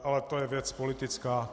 Ale to je věc politická.